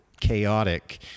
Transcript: chaotic